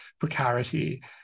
precarity